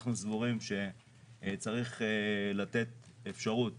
אנחנו סבורים שצריך לתת אפשרות